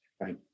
Right